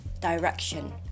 direction